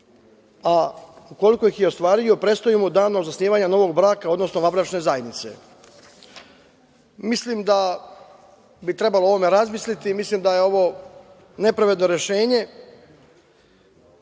a ukoliko ih je ostvario prestaje mu danom zasnivanja novog braka odnosno vanbračne zajednice. Mislim da bi trebalo o ovome razmisliti i mislim da je ovo nepravedno rešenje.